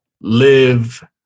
live